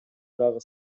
дагы